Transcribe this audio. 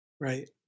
Right